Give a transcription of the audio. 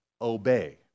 obey